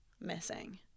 missing